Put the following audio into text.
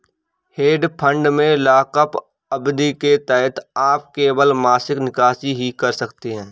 hedge fund में lockup अवधि के तहत आप केवल मासिक निकासी ही कर सकते हैं